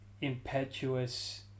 impetuous